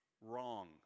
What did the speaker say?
Wrong